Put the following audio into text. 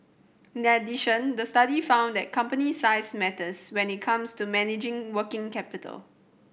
in addition the study found that company size matters when it comes to managing working capital